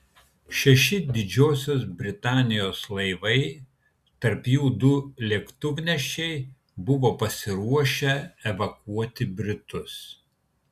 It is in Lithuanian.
šeši didžiosios britanijos laivai tarp jų du lėktuvnešiai buvo pasiruošę evakuoti britus